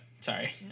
Sorry